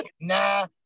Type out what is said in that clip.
nah